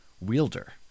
wielder